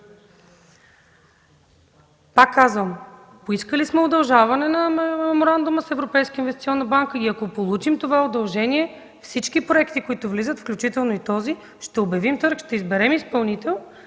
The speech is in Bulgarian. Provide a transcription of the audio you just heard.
Пак казвам, поискали сме удължаване на меморандума с Европейската инвестиционна банка и ако го получим, всички проекти, които влизат, включително и този – ще обявим търг, ще изберем изпълнител